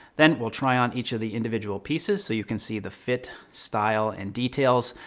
then we'll try on each of the individual pieces so you can see the fit, style, and details.